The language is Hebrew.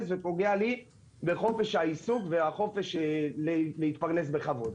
ופוגע לי בחופש העיסוק ולהתפרנס בכבוד.